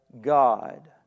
God